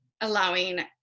allowing